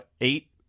eight